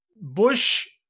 Bush